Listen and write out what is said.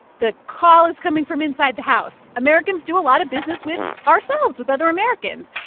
the call is coming from inside the house. americans do a lot of business with ourselves, with other americans.